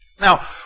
Now